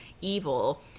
evil